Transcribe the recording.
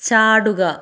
ചാടുക